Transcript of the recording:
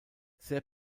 sehr